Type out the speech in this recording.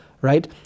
right